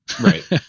Right